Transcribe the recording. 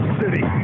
city